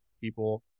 people